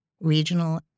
regional